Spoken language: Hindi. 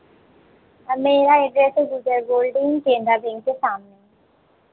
मेरा एड्रेस है दुजरा बिल्डिंग केनरा बैंक के सामने